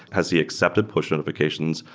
has he accepted push notifications?